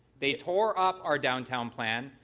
they tore up our downtown plan,